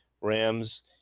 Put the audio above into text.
Rams